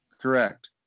Correct